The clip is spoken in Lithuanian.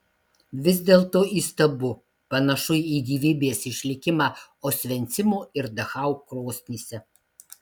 vis dėlto įstabu panašu į gyvybės išlikimą osvencimo ar dachau krosnyse